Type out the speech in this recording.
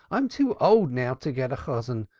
i'm too old now to get a chosan,